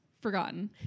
forgotten